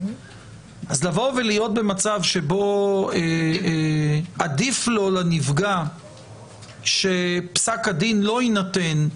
אז להיות במצב שבו עדיף לו לנפגע שפסק הדין לא יינתן,